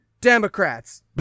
Democrats